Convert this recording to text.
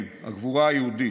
כן, הגבורה היהודית,